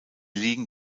liegen